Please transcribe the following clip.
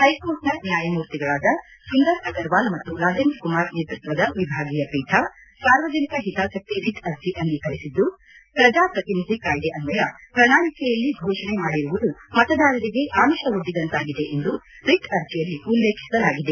ಹೈಕೋರ್ಟ್ನ ನ್ಯಾಯಮೂರ್ತಿಗಳಾದ ಸುಂದರ್ ಅಗರ್ವಾಲ್ ಮತ್ತು ರಾಜೇಂದ್ರಕುಮಾರ್ ನೇತೃತ್ವದ ವಿಭಾಗಿಯ ಪೀಠ ಸಾರ್ವಜನಿಕ ಹಿತಾಸಕ್ತಿ ರಿಟ್ ಅರ್ಜಿ ಅಂಗೀಕರಿಸಿದ್ದು ಪ್ರಜಾಪ್ರತಿನಿಧಿ ಕಾಯ್ದೆ ಅನ್ವಯ ಪ್ರಣಾಳಿಕೆಯಲ್ಲಿ ಘೋಷಣೆ ಮಾಡಿರುವುದು ಮತದಾರರಿಗೆ ಅಮಿಷ ವೊಡ್ಡಿದಂತಾಗಿದೆ ಎಂದು ರಿಟ್ ಅರ್ಜಿಯಲ್ಲಿ ಉಲ್ಲೇಖಿಸಲಾಗಿದೆ